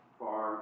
far